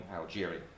Algeria